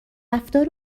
رفتار